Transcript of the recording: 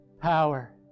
power